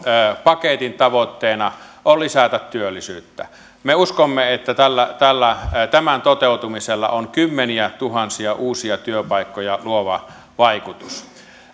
paketin tavoitteena on lisätä työllisyyttä me uskomme että tämän toteutumisella on kymmeniätuhansia uusia työpaikkoja luova vaikutus